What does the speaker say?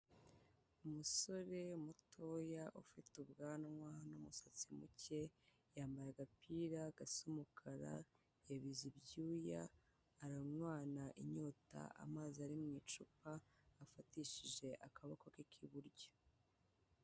Umusore mutoya ufite ubwanwa n'umusatsi muke, yambaye agapira gasa umukara, yabize ibyuya, aranywana inyota amazi ari mu icupa yafatishije akaboko ke k'iburyo.